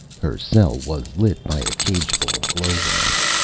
her cell was lit by a cageful of glowworms.